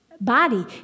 body